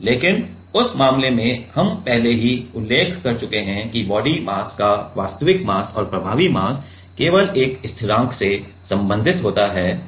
लेकिन उस मामले में हम पहले ही उल्लेख कर चुके हैं कि बॉडी मास का वास्तविक मास और प्रभावी मास केवल एक स्थिरांक से संबंधित होता है